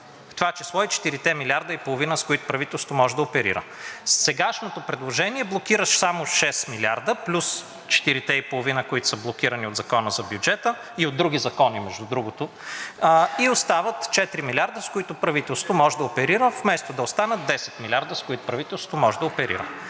това число и четирите милиарда и половина, с които правителството може да оперира. Сегашното предложение блокира само 6 милиарда плюс четирите и половина, които са блокирани от Закона за бюджета и от други закони, между другото, и остават 4 милиарда, с които правителството може да оперира вместо да останат 10 милиарда, с които правителството може да оперира.